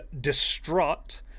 distraught